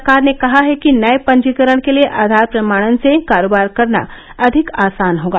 सरकार ने कहा है कि नए पंजीकरण के लिए आधार प्रमाणन से कारोबार करना अधिक आसान होगा